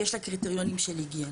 יש לה קריטריונים של היגיינה.